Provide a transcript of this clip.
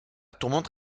tourmente